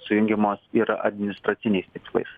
sujungiamos yra administraciniais tikslais